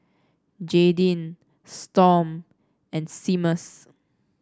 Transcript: Jaydin Storm and Seamus